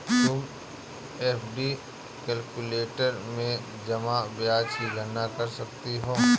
तुम FD calculator में जमा ब्याज की गणना कर सकती हो